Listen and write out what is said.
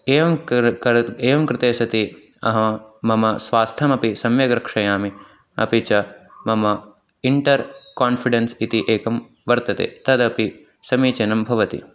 एवं कृर् करत् एवं कृते सति अहं मम स्वास्थ्यमपि सम्यग् रक्षयामि अपि च मम इण्टर् कान्फ़िडेन्स् इति एकं वर्तते तदपि समीचीनं भवति